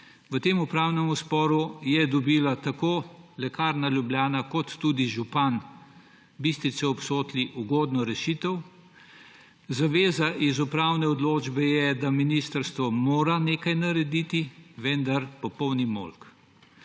V tem upravnem sporu sta dobila tako Lekarna Ljubljana kot tudi župan Bistrice ob Sotli ugodno rešitev. Zaveza iz upravne odločbe je, da ministrstvo mora nekaj narediti, vendar popolni molk.